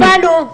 הבנו.